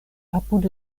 apud